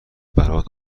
برات